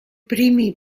primi